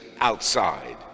outside